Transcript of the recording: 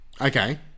Okay